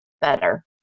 better